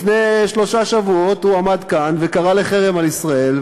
לפני שלושה שבועות הוא עמד כאן וקרא לחרם על ישראל,